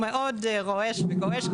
מאוד רועש וגועש,